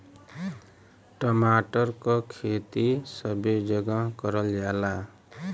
टमाटर क खेती सबे जगह करल जाला